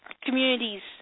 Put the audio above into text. communities